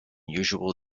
usual